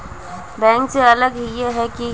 Bank से अलग हिये है की?